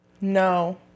No